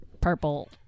purple